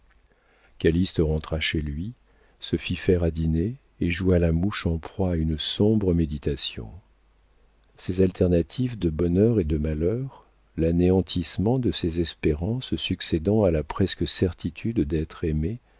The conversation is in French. calyste rentra chez lui se fit faire à dîner et joua la mouche en proie à une sombre méditation ces alternatives de bonheur et de malheur l'anéantissement de ses espérances succédant à la presque certitude d'être aimé